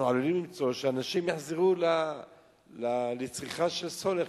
אנחנו עלולים למצוא שאנשים יחזרו לצריכה של סולר,